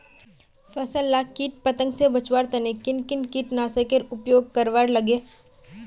फसल लाक किट पतंग से बचवार तने किन किन कीटनाशकेर उपयोग करवार लगे?